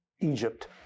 Egypt